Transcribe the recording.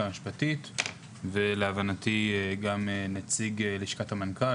המשפטית ולהבנתי גם נציג לשכת המנכ"ל.